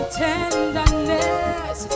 tenderness